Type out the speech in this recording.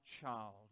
child